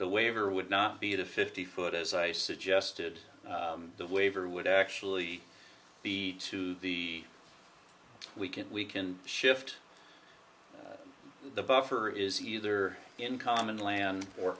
the waiver would not be the fifty foot as i suggested the waiver would actually be to the we can we can shift the buffer is either in common land or